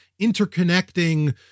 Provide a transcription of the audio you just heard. interconnecting